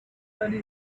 very